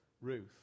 Ruth